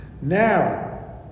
Now